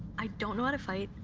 i don't know how to fight,